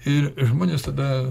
ir žmonės tada